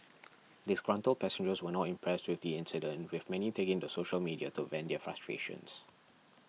disgruntled passengers were not impressed with the incident with many taking to social media to vent their frustrations